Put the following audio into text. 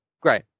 Great